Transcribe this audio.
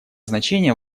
значение